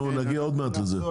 נגיע לזה עוד מעט.